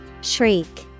Shriek